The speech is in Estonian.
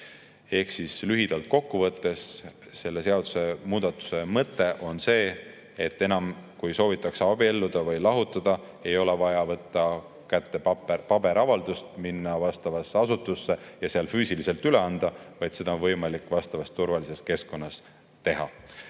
Ehk siis lühidalt kokku võttes on selle seadusemuudatuse mõte selles, et kui soovitakse abielluda või lahutada, siis ei ole enam vaja võtta kätte paberavaldust, minna vastavasse asutusse ja seal see [avaldus] füüsiliselt üle anda, vaid seda on võimalik vastavas turvalises keskkonnas